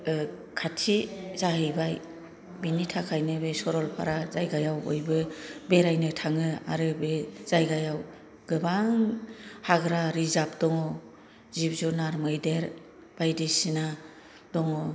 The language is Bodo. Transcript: खाथि जाहैबाय बिनि थाखायनो बे सरलफारा जायगायाव बयबो बेरायनो थाङो आरो बे जायगायाव गोबां हाग्रा रिजार्व दङ जिब जुनार मैदेर बायदिसिना दङ